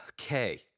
okay